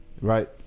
Right